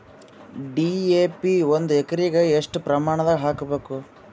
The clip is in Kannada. ಡಿ.ಎ.ಪಿ ಒಂದು ಎಕರಿಗ ಎಷ್ಟ ಪ್ರಮಾಣದಾಗ ಹಾಕಬೇಕು?